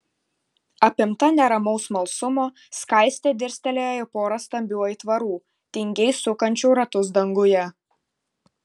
apimta neramaus smalsumo skaistė dirstelėjo į porą stambių aitvarų tingiai sukančių ratus danguje